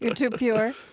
too pure?